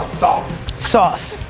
sauce. sauce.